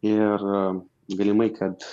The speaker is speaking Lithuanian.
ir galimai kad